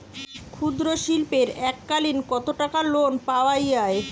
ক্ষুদ্রশিল্পের এককালিন কতটাকা লোন পাওয়া য়ায়?